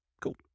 Cool